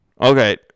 Okay